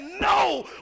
no